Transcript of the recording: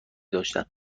داشتند